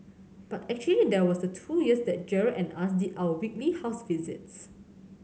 but actually there was the two years that Gerald and us did our weekly house visits